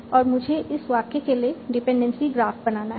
और मुझे इस वाक्य के लिए डिपेंडेंसी ग्राफ बनाना है